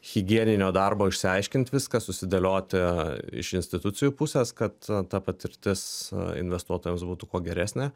higieninio darbo išsiaiškint viską susidėlioti iš institucijų pusės kad ta patirtis investuotojams būtų kuo geresnė